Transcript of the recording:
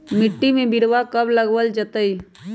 मिट्टी में बिरवा कब लगवल जयतई?